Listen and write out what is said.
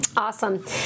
awesome